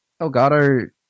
Elgato